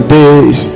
days